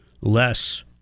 less